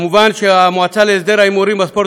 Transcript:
מובן שהמועצה להסדר ההימורים בספורט